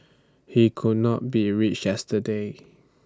he could not be reached yesterday